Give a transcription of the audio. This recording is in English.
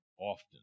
often